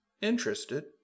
Interested